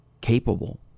capable